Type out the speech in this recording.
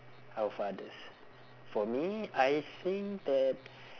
our fathers for me I think that